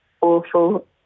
awful